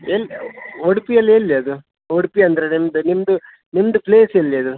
ಎಲ್ಲಿ ಉಡುಪಿಯಲ್ಲಿ ಎಲ್ಲಿ ಅದು ಉಡುಪಿ ಅಂದರೆ ನಿಮ್ಮದು ನಿಮ್ಮದು ನಿಮ್ಮದು ಪ್ಲೇಸ್ ಎಲ್ಲಿ ಅದು